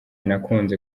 nakunze